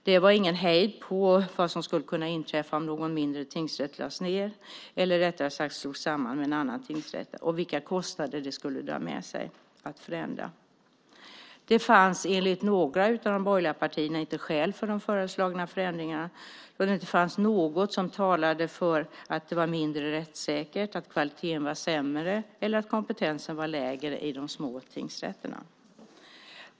Det var ingen hejd på vad som skulle kunna inträffa om någon mindre tingsrätt lades ned eller rättare sagt slogs samman med en annan tingsrätt och vilka kostnader det skulle dra med sig att förändra detta. Det fanns enligt några av de borgerliga partierna inte skäl för de föreslagna förändringarna. Det fanns enligt dem inte något som talade för att det var mindre rättssäkert, att kvaliteten var sämre eller att kompetensen var lägre i de små tingsrätterna.